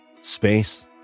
Space